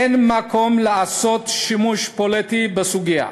אין מקום לעשות שימוש פוליטי בסוגיה.